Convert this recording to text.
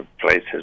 places